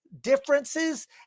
differences